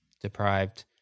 Deprived